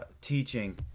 teaching